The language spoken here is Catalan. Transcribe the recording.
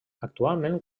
actualment